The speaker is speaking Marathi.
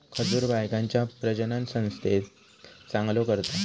खजूर बायकांच्या प्रजननसंस्थेक चांगलो करता